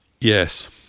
yes